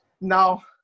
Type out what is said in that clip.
now